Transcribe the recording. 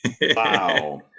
wow